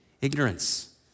ignorance